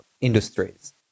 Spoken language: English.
industries